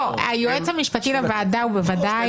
היועץ המשפטי לוועדה הוא בוודאי